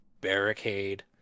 Barricade